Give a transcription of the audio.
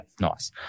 nice